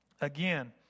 Again